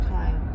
time